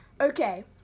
Okay